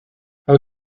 how